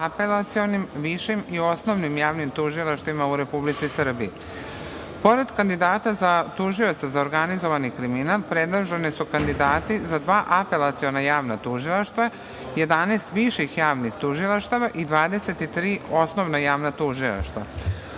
apelacionim, višim i u osnovnim javnim tužilaštvima u Republici Srbiji. Pored kandidata za tužioca za organizovani kriminal, predloženi su kandidati za dva apelaciona javna tužilaštva, 11 viših javnih tužilaštava i 23 osnovna javna tužilaštva. Ustav